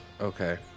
Okay